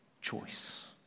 choice